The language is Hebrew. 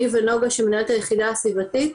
אני ונוגה שמנהלת את היחידה הסביבתית,